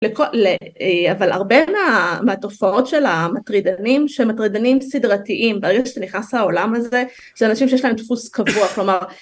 אבל הרבה מהתופעות של המטרידנים, שמטרידנים סדרתיים, בהרגע שנכנס לעולם הזה זה אנשים שיש להם דפוס קבוע כלומר